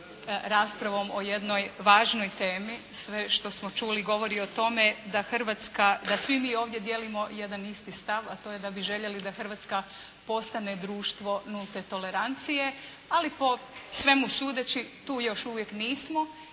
raspravom o jednoj važnoj temi. Sve što smo čuli govori o tome da Hrvatska, da svi mi ovdje dijelimo jedan isti stav, a to je da bi željeli da Hrvartska postane društvo nulte tolerancije, ali po svemu sudeći tu još uvijek nismo